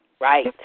right